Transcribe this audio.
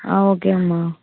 ஆ ஓகேங்கம்மா